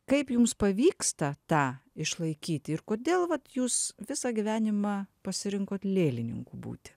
kaip jums pavyksta tą išlaikyti ir kodėl vat jūs visą gyvenimą pasirinkot lėlininku būti